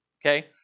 Okay